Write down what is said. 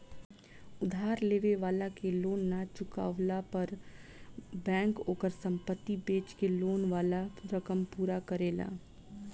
उधार लेवे वाला के लोन ना चुकवला पर बैंक ओकर संपत्ति बेच के लोन वाला रकम पूरा करेला